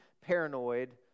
paranoid